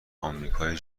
آمریکای